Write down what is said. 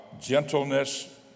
gentleness